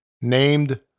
Named